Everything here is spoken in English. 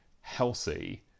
healthy